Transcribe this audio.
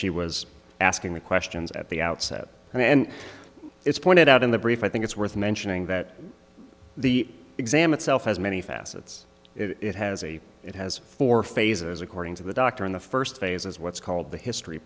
she was asking the questions at the outset and then it's pointed out in the brief i think it's worth mentioning that the exam itself has many facets it has a it has four phases according to the doctor in the first phase is what's called the history